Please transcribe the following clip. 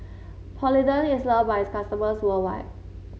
polident is loved by its customers worldwide